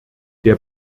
der